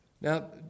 Now